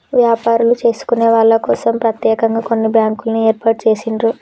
వ్యాపారాలు చేసుకునే వాళ్ళ కోసం ప్రత్యేకంగా కొన్ని బ్యాంకుల్ని ఏర్పాటు చేసిండ్రు